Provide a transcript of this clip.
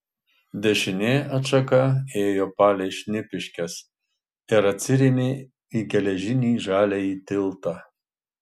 dešinė atšaka ėjo palei šnipiškes ir atsirėmė į geležinį žaliąjį tiltą